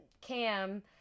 Cam